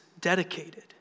dedicated